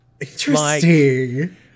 Interesting